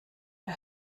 der